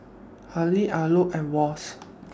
Habhal Alcott and Wall's